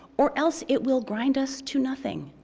or else it will grind us to nothing.